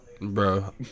bro